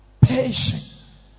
patience